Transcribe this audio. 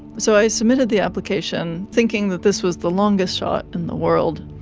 so i submitted the application, thinking that this was the longest shot in the world.